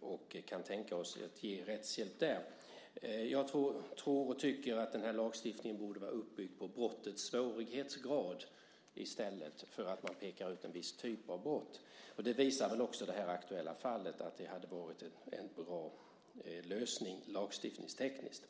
och kan tänka oss att ge rättshjälp där. Jag tror och tycker att den här lagstiftningen borde vara uppbyggd kring brottets svårighetsgrad i stället för att man pekar ut en viss typ av brott. Det aktuella fallet visar väl också att det hade varit en bra lösning lagstiftningstekniskt.